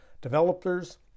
developers